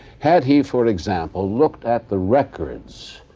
had he, for example, looked at the records,